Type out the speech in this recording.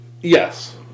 Yes